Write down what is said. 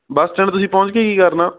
ਬੱਸ stand ਤੁਸੀਂ ਪਹੁੰਚ ਕੇ ਕੀ ਕਰਨਾ